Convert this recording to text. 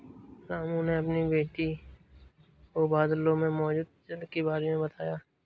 रामू ने अपनी बेटी को बादलों में मौजूद जल के बारे में बताया